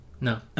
No